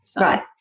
Right